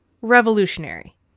revolutionary